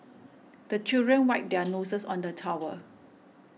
the children wipe their noses on the towel